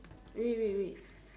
wait wait wait